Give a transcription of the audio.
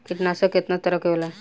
कीटनाशक केतना तरह के होला?